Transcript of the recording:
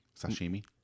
Sashimi